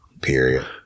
Period